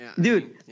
Dude